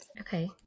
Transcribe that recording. okay